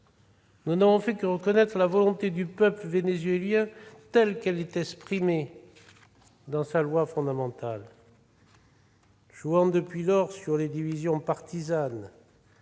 Nous n'avons fait que reconnaître la volonté du peuple vénézuélien telle qu'elle est exprimée dans sa loi fondamentale. Jouant, depuis lors, sur les divisions partisanes,